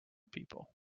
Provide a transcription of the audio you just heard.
people